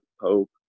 Pope